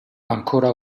ancora